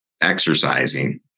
exercising